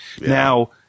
Now